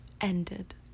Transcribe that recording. ended